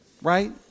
right